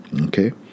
Okay